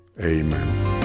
amen